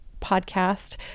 podcast